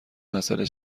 مسئله